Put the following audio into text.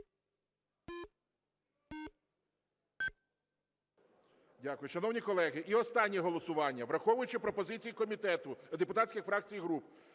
Дякую. Шановні колеги, і останнє голосування. Враховуючи пропозиції комітету… депутатських фракцій і груп,